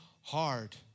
hard